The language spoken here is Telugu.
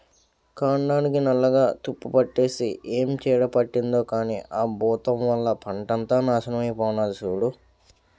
కాండానికి నల్లగా తుప్పుపట్టేసి ఏం చీడ పట్టిందో కానీ ఆ బూతం వల్ల పంటంతా నాశనమై పోనాది సూడూ